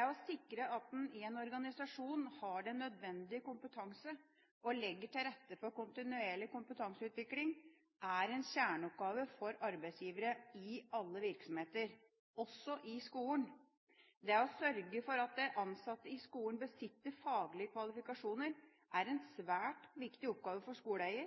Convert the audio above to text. å sikre at en i organisasjonen har den nødvendige kompetanse og legger til rette for kontinuerlig kompetanseutvikling, er en kjerneoppgave for arbeidsgivere i alle virksomheter – også i skolen. Det å sørge for at de ansatte i skolene besitter faglige kvalifikasjoner, er en svært viktig oppgave for skoleeier,